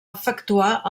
efectuar